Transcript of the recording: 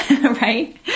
right